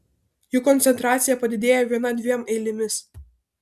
jų koncentracija padidėja viena dviem eilėmis